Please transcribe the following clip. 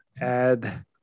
add